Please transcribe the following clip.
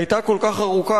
היתה כל כך ארוכה,